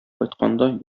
кайтканда